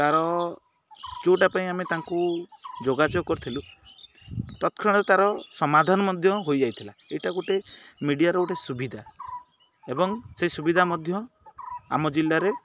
ତା'ର ଯେଉଁଟା ପାଇଁ ଆମେ ତାଙ୍କୁ ଯୋଗାଯୋଗ କରିଥିଲୁ ତତ୍କ୍ଷଣାତ୍ ତାର ସମାଧାନ ମଧ୍ୟ ହୋଇଯାଇଥିଲା ଏଇଟା ଗୋଟେ ମିଡ଼ିଆର ଗୋଟେ ସୁବିଧା ଏବଂ ସେଇ ସୁବିଧା ମଧ୍ୟ ଆମ ଜିଲ୍ଲାରେ